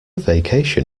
vacation